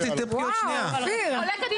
כן נאמר או לא נאמר?